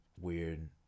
weird